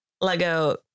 lego